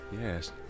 yes